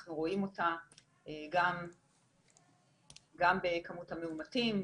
אנחנו רואים אותה גם בכמות המאומתים,